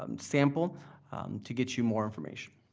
um sample to get you more information.